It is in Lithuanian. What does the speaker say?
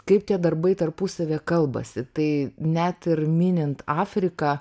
kaip tie darbai tarpusavyje kalbasi tai net ir minint afriką